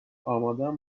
آمادم